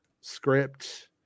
script